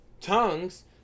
Tongues